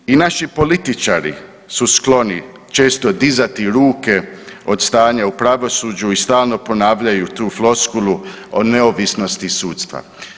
Dakle, i naši političari su skloni često dizati ruke od stanja u pravosuđu i stalno ponavljaju tu floskulu o neovisnosti sudstva.